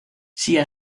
sia